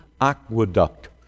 aqueduct